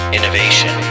Innovation